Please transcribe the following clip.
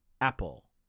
Apple